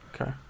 Okay